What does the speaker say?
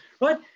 right